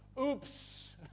Oops